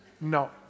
no